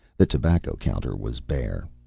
the tobacco counter was bare.